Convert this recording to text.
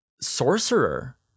sorcerer